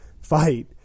fight